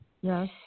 Yes